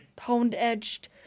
honed-edged